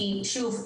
כי שוב,